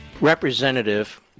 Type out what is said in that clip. representative